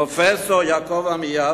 פרופסור יעקב עמיהוד,